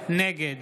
נגד